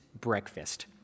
breakfast